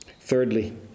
Thirdly